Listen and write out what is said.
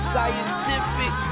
Scientific